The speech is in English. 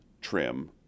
trim